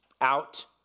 out